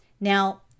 Now